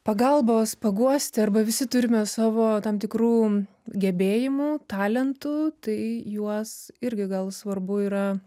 pagalbos paguosti arba visi turime savo tam tikrų gebėjimų talentų tai juos irgi gal svarbu yra